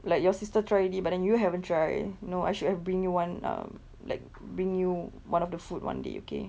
like your sister try already but then you haven't try no I should have bring you one um like bring you one of the food one day okay